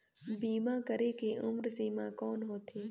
बीमा करे के उम्र सीमा कौन होथे?